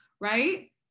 right